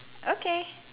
okay